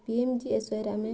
ପିଏମ୍ଜିଏସ୍ୱାଇରେ ଆମେ